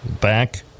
Back